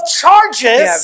charges